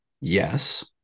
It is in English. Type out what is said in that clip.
Yes